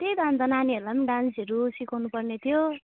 त्यही त अन्त नानीहरूलाई पनि डान्सहरू सिकाउनुपर्ने थियो